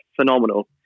phenomenal